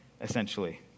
essentially